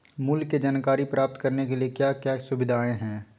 मूल्य के जानकारी प्राप्त करने के लिए क्या क्या सुविधाएं है?